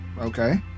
Okay